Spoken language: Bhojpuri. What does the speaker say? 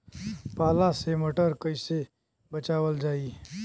पाला से मटर कईसे बचावल जाई?